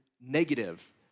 negative